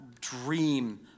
dream